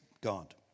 God